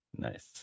Nice